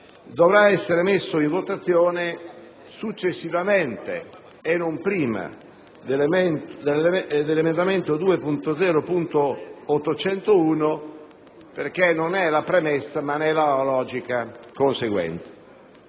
dovrà essere messo in votazione successivamente, e non prima, dell'emendamento 2.0.801 perché non ne è la premessa, bensì la logica conseguenza.